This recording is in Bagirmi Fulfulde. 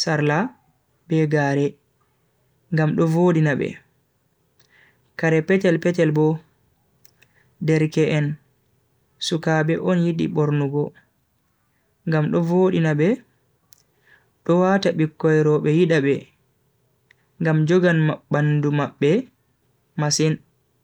sarla be gare, gam ɗo vodina be kare petel petel bo nder ke'en suka ɓe on yiɗi ɓurnu go, gam ɗo vodina be ɗo wata ɓikkoyroɓe yiɗaɓe gam jogon maɓɓandu maɓɓe masin.